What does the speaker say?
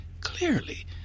clearly